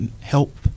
help